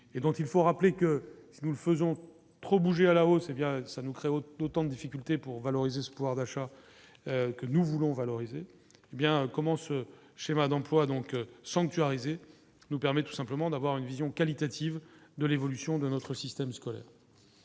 et dont il faut rappeler que si nous le faisons trop bouger à la hausse, hé bien ça nous crée autant de difficultés pour valoriser ce pouvoir d'achat que nous voulons valoriser hé bien comment ce schéma d'emplois donc sanctuarisé nous permet tout simplement d'avoir une vision qualitative de l'évolution de nos. Au système scolaire,